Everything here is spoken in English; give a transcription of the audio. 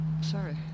sorry